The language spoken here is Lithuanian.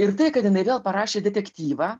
ir tai kad jinai vėl parašė detektyvą